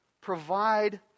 provide